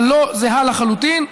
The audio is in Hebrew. אבל לא זהה לחלוטין.